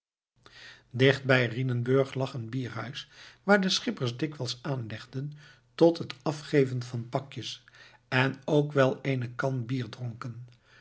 bij rhinenburg lag een bierhuis waar de schippers dikwijls aanlegden tot het afgeven van pakjes en ook wel eene kan bier dronken